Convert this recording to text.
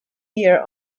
year